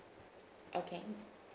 okay